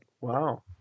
Wow